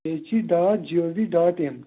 AC dot G O V dot in